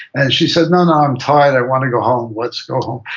and she said, no, no. i'm tired. i want to go home. let's go home.